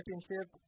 championship